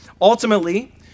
Ultimately